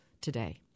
today